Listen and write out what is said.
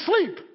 sleep